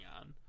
on